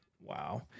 Wow